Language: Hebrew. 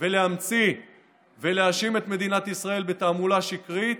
ולהמציא ולהאשים את מדינת ישראל בתעמולה שקרית